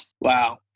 Wow